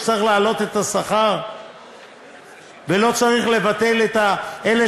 שצריך להעלות את השכר ולא צריך לבטל את אלה